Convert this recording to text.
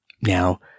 Now